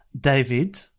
David